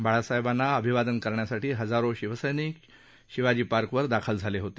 बाळासाहेबांना अभिवादन करण्यासाठी हजारो शिवसैनिक शिवाजी पार्कवर दाखल झाले होते